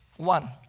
One